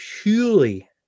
purely